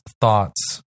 thoughts